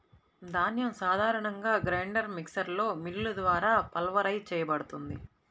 ధాన్యం సాధారణంగా గ్రైండర్ మిక్సర్లో మిల్లులు ద్వారా పల్వరైజ్ చేయబడుతుంది